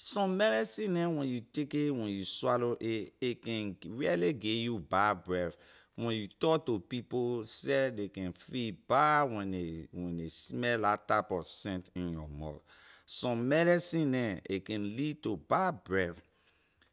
Some medicine neh when you take a when you swallow a it can really give you bad breath when you tor to people seh ley can feel bad when ley when ley smell la type of scent in your mouth some medicine neh a can lead to bad breath